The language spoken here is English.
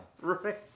Right